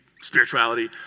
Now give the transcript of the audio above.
spirituality